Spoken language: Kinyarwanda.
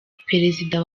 perezida